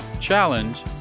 challenge